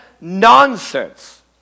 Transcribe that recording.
Nonsense